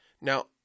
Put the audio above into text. Now